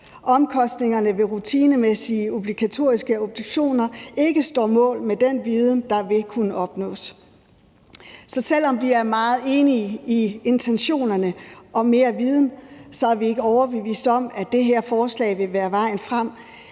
omkostningerne ved rutinemæssige obligatoriske obduktioner ikke står mål med den viden, der vil kunne opnås. Så selv om vi er meget enige i intentionerne om mere viden, er vi ikke overbeviste om, at det her forslag vil være vejen frem